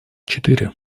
четыре